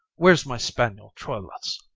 where's my spaniel troilus?